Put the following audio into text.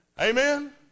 Amen